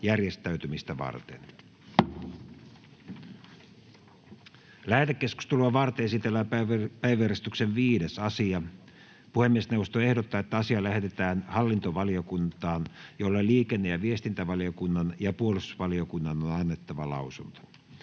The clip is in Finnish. järjestäytymistä varten. Lähetekeskustelua varten esitellään päiväjärjestyksen 5. asia. Puhemiesneuvosto ehdottaa, että asia lähetetään hallintovaliokuntaan, jolle liikenne‑ ja viestintävaliokunnan ja puolustusvaliokunnan on annettava lausunto.